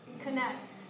connect